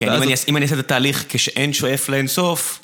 אם אני אעשה את התהליך כש-אן שואף לאין סוף...